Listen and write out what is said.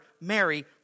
Mary